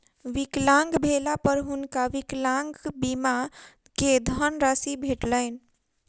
विकलांग भेला पर हुनका विकलांग बीमा के धनराशि भेटलैन